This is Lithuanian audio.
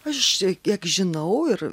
aš čia kiek žinau ir